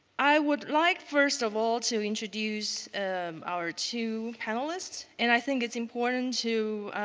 i would like first of all to introduce our two panelists, and i think it's important to